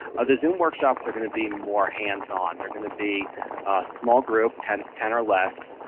ah the zoom workshops are going to be more hands-on, they're going to be small-group ten ten or less,